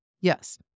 Yes